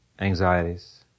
anxieties